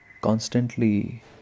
constantly